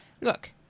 Look